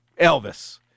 Elvis